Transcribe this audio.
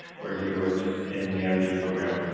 where he works in the energy program.